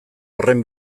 horren